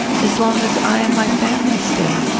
as long as i and my family stay?